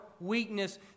weakness